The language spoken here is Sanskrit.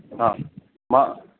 आम् मा